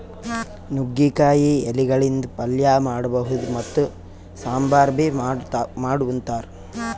ನುಗ್ಗಿಕಾಯಿ ಎಲಿಗಳಿಂದ್ ಪಲ್ಯ ಮಾಡಬಹುದ್ ಮತ್ತ್ ಸಾಂಬಾರ್ ಬಿ ಮಾಡ್ ಉಂತಾರ್